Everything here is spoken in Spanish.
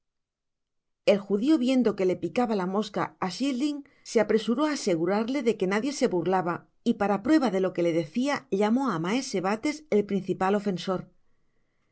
el judío viendo que le picaba la mosca á chitling se apresuró á asegurarle de que nadie se burlaba y para prueba de lo que decia llamó á maese bales el principal ofensor